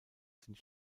sind